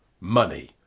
money